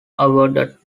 awarded